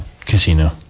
casino